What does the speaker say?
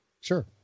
Sure